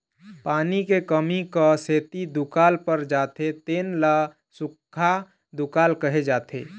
पानी के कमी क सेती दुकाल पर जाथे तेन ल सुक्खा दुकाल कहे जाथे